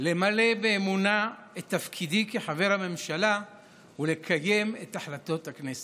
למלא באמונה את תפקידי כחבר הממשלה ולקיים את החלטות הכנסת.